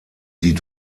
die